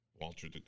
Walter